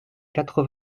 quatre